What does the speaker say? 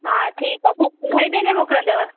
हा ठीकु आहे घणी देरि में मोकिलंदव